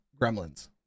gremlins